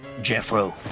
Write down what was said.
Jeffro